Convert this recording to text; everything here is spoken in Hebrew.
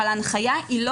אבל ההנחיה לא